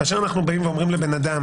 כאשר אנחנו באים ואומרים לאדם